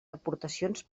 aportacions